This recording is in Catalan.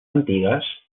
antigues